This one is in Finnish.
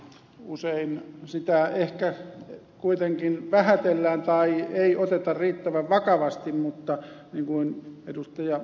usein sitä ehkä kuitenkin vähätellään tai ei oteta riittävän vakavasti mutta niin kuin ed